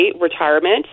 retirement